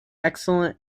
excellent